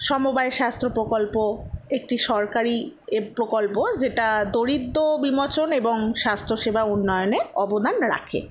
সমবায় স্বাস্থ্য প্রকল্প একটি সরকারি প্রকল্প যেটা দরিদ্র বিমোচন এবং স্বাস্থ্য সেবা উন্নয়নে অবদান রাখে